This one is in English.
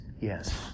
yes